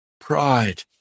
Pride